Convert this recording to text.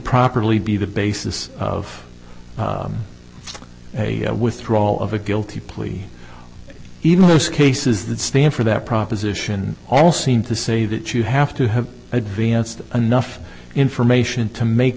properly be the basis of a withdrawal of a guilty plea even those cases that stand for that proposition all seem to say that you have to have advanced enough information to make